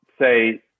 say